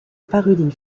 paruline